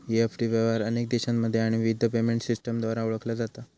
EFT व्यवहार अनेक देशांमध्ये आणि विविध पेमेंट सिस्टमद्वारा ओळखला जाता